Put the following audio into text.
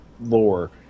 lore